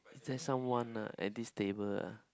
is there someone ah at this table ah